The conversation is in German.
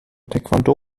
taekwondo